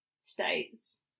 states